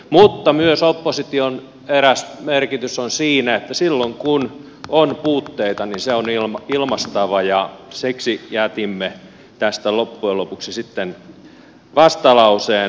mutta opposition eräs merkitys on myös siinä että silloin kun on puutteita se on ilmaistava ja siksi jätimme tästä loppujen lopuksi vastalauseen